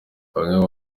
bamwe